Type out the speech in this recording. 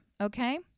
Okay